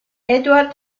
edward